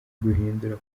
guhindura